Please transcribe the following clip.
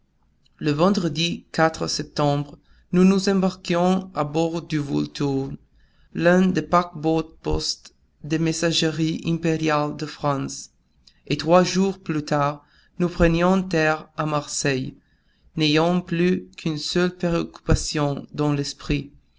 le vendredi septembre nous nous embarquions à bord du volturne l'un des paquebots postes des messageries impériales de france et trois jours plus tard nous prenions terre à marseille n'ayant plus qu'une seule préoccupation dans l'esprit